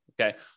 Okay